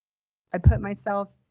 i put myself.